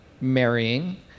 marrying